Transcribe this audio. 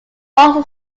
also